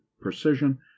precision